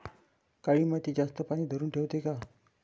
काळी माती जास्त पानी धरुन ठेवते का?